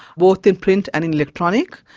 both in print and in electronic.